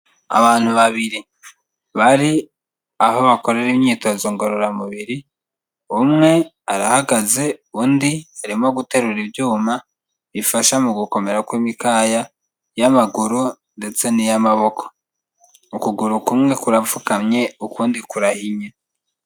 Abantu babiri, bari aho bakorera imyitozo ngororamubiri, umwe arahagaze, undi arimo guterura ibyuma, bifasha mu gukomera kw'imikaya y'amaguru ndetse n'iy'amaboko, ukuguru kumwe kurapfukamye ukundi kurahinnye.